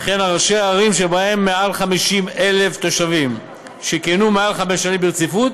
וכן על ראשי ערים שבהן מעל 50,000 תושבים שכיהנו מעל חמש שנים ברציפות,